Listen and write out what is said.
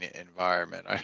environment